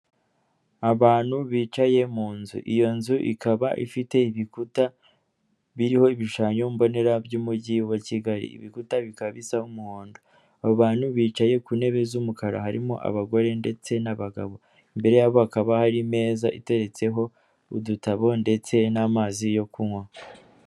Abantu bicaye mu nzu, iyo nzu ikaba ifite ibikuta biriho ibishushanyo mbonera by'umujyi wa Kigali, ibikuta bikaba bisa n'umuhondo, abo bantu bicaye ku ntebe z'umukara, harimo abagore ndetse n'abagabo, imbere yabo hakaba hari imeza iteretseho udutabo ndetse n'amazi yo kunywa.